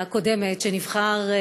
זה לא נגמר,